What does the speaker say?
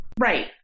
Right